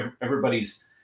everybody's